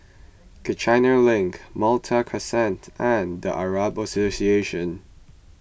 Kiichener Link Malta Crescent and Arab Association